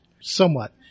somewhat